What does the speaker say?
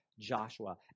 Joshua